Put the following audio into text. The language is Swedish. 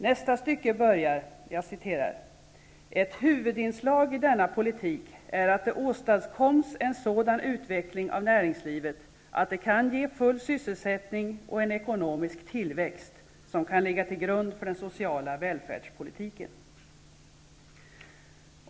Nästa stycke börjar så här: ''Ett huvudinslag i denna politik är att det åstadkoms en sådan utveckling av näringslivet att det kan ge full sysselsättning och en ekonomisk tillväxt som kan ligga till grund för den sociala välfärdspolitiken.''